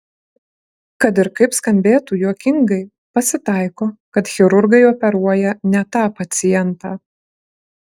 kad ir kaip skambėtų juokingai pasitaiko kad chirurgai operuoja ne tą pacientą